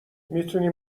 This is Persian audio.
میتونی